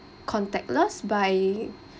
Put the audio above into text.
contactless by